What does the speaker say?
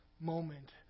moment